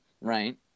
right